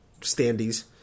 standees